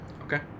Okay